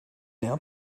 now